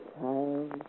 child